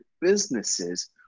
businesses